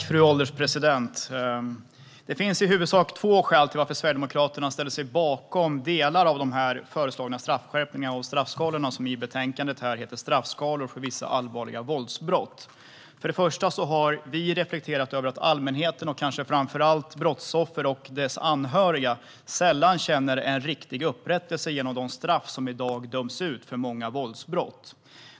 Fru ålderspresident! Det finns i huvudsak två skäl till att Sverigedemokraterna ställer sig bakom delar av de föreslagna skärpningarna av straffskalorna i betänkandet Straffskalorna för vissa allvarliga våldsbrott . För det första har vi reflekterat över att allmänheten och kanske framför allt brottsoffer och deras anhöriga sällan känner en riktig upprättelse genom de straff som i dag döms ut för många våldsbrott.